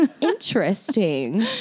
Interesting